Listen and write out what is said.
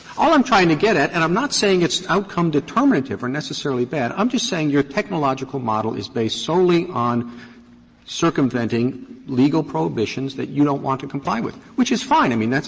all i'm trying to get at, and i'm not saying it's outcome determinative or necessarily bad, i'm just saying your technological model is based solely on circumventing legal prohibitions that you don't want to comply with, which is fine. i mean, that's